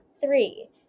three